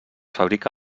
fabrica